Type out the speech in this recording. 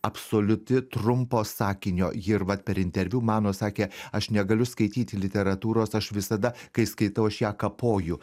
absoliuti trumpo sakinio ji ir vat per interviu mano sakė aš negaliu skaityti literatūros aš visada kai skaitau aš ją kapoju